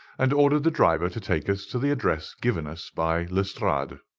and ordered the driver to take us to the address given us by lestrade.